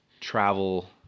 travel